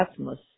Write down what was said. atmos